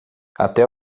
até